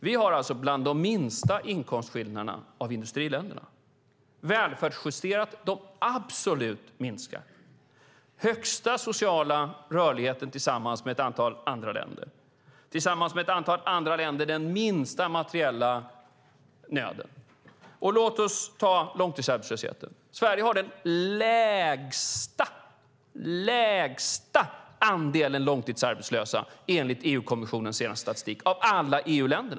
Vi har bland de minsta inkomstskillnaderna vad gäller industriländerna, välfärdsjusterat de absolut minsta, vi har den högsta sociala rörligheten tillsammans med ett antal andra länder och tillsammans med ett antal andra länder den minsta materiella nöden. Låt oss ta långtidsarbetslösheten. Sverige har enligt EU-kommissionens senaste statistik den lägsta - lägsta - andelen långtidsarbetslösa av alla EU-länder.